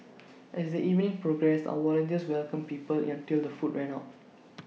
as the evening progressed our volunteers welcomed people until the food ran out